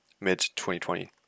mid-2020